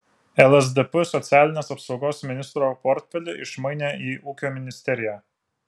lsdp socialinės apsaugos ministro portfelį išmainė į ūkio ministeriją